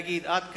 ולהגיד: עד כאן.